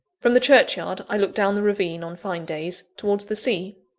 from the churchyard, i look down the ravine, on fine days, towards the sea.